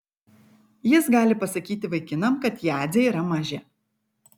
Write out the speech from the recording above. jis gali pasakyti vaikinam kad jadzė yra mažė